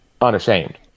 unashamed